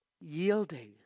yielding